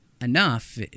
enough